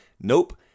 Nope